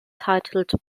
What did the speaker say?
titled